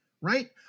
Right